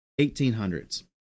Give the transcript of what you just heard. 1800s